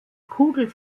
kugel